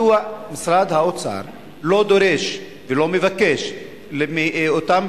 מדוע משרד האוצר לא דורש ולא מבקש מאותם